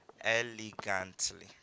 elegantly